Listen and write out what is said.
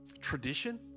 tradition